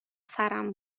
سرم